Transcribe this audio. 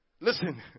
Listen